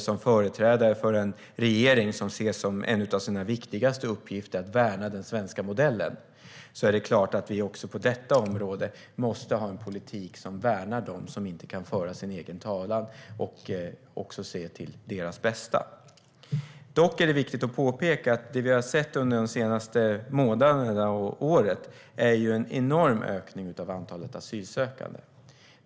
Som företrädare för en regering som ser som en av sina viktigaste uppgifter att värna den svenska modellen tycker jag att vi också på detta område måste ha en politik som värnar dem som inte kan föra sin egen talan. Vi måste också se till deras bästa. Dock är det viktigt att påpeka att det vi har sett under de senaste månaderna och det senaste året är en enorm ökning av antalet asylsökande.